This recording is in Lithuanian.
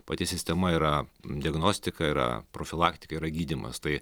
pati sistema yra diagnostika yra profilaktika yra gydymas tai